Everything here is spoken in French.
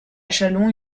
châlons